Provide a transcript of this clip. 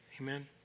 Amen